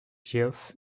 geoff